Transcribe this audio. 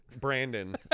Brandon